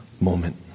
moment